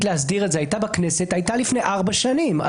להסדיר את זה בכנסת הייתה לפני ארבע שנים.